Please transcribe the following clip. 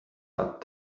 but